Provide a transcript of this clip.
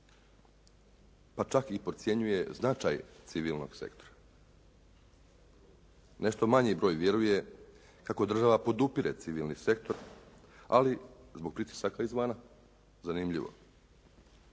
pa čak i procjenjuje značaj civilnog sektora. Nešto manji broj vjeruje kako država podupire civilni sektor, ali zbog pritisaka izvana. Zanimljivo.